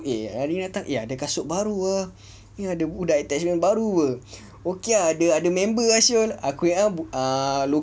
eh hari ni datang ada kasut baru ah ni ada budak attachment baru ke okay ah ada member ah [siol] aku ingatkan